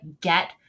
get